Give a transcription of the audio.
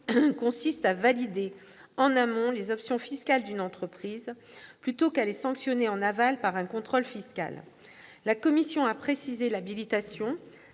consiste à valider en amont les options fiscales d'une entreprise plutôt qu'à les sanctionner en aval par un contrôle fiscal. La commission a précisé l'habilitation